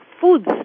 Foods